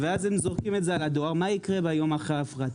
אז הן זורקות את זה על הדואר ואז מה יקרה ביום אחרי ההפרטה?